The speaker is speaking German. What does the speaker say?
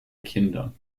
kinder